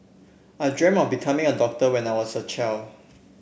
I dreamt of becoming a doctor when I was a child